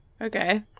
Okay